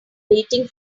waiting